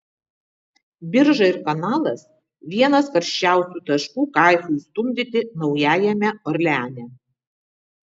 birža ir kanalas vienas karščiausių taškų kaifui stumdyti naujajame orleane